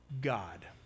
God